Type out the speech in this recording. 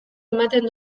ematen